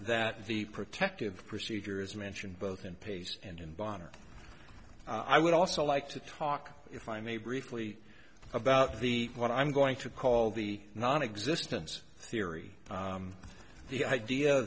that the protective procedure is mentioned both in pace and in bonn or i would also like to talk if i may briefly about the what i'm going to call the non existence theory the idea